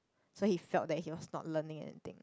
so he felt that he was not learning anything